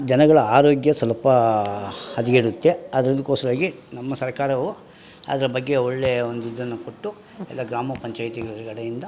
ಜನಗಳ ಆರೋಗ್ಯ ಸ್ವಲ್ಪ ಹದಗೆಡುತ್ತೆ ಅದು ಅದಕ್ಕೋಸ್ಕರಾಗಿ ನಮ್ಮ ಸರ್ಕಾರವು ಅದ್ರ ಬಗ್ಗೆ ಒಳ್ಳೆ ಒಂದು ಇದನ್ನು ಕೊಟ್ಟು ಎಲ್ಲ ಗ್ರಾಮ ಪಂಚಾಯಿತಿ ಕಡೆಯಿಂದ